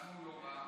למה הוא לא בא?